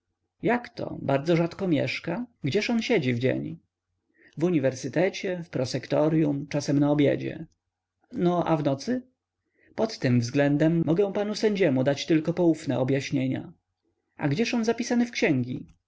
nami jakto bardzo rzadko mieszka gdzież on siedzi w dzień w uniwersytecie w prosektoryum czasem na obiedzie no a w nocy pod tym względem mogę panu sędziemu dać tylko poufne objaśnienia a gdzież on zapisany w księgi